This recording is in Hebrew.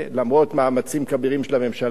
למרות מאמצים כבירים של הממשלה.